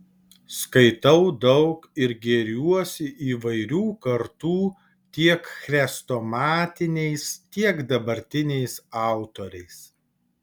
skaitau daug ir gėriuosi įvairių kartų tiek chrestomatiniais tiek dabartiniais autoriais